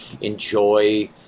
enjoy